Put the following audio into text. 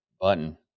button